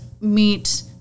meet